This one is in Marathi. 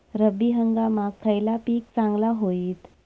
रब्बी हंगामाक खयला पीक चांगला होईत?